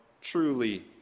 truly